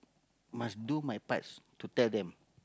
must do my part to tell them